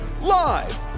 live